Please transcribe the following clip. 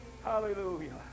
hallelujah